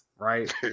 right